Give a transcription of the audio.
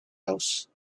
house